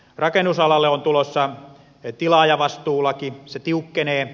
rakennusalalle on tulossa tilaajavastuulaki se tiukkenee